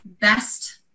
best